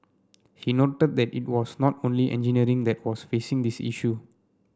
he noted that it was not only engineering that was facing this issue